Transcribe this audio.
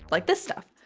like this stuff,